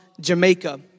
Jamaica